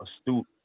astute